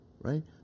Right